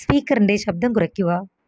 സ്പീക്കറിൻ്റെ ശബ്ദം കുറയ്ക്കുക